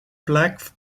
black